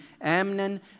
Amnon